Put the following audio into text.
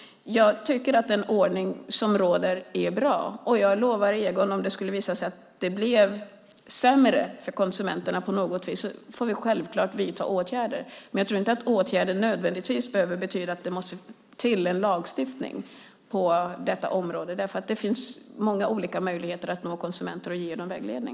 Jag tycker att den ordning som råder är bra, och jag lovar Egon att om det skulle visa sig att det blir sämre för konsumenterna på något vis får vi självklart vidta åtgärder. Men jag tror inte att åtgärder nödvändigtvis behöver betyda att det måste till lagstiftning på detta område, för det finns många olika möjligheter att nå konsumenter och ge dem vägledning.